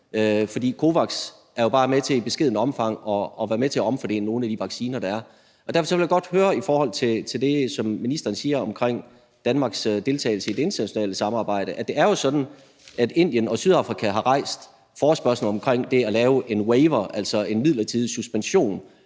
For COVAX er jo bare med til i et beskedent omfang at omfordele nogle af de vacciner, der er. Derfor vil jeg godt spørge til det, som ministeren siger omkring Danmarks deltagelse i det internationale samarbejde. For det er jo sådan, at Indien og Sydafrika har rejst forespørgslen omkring det at lave en waiver, altså en midlertidig suspension